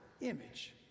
image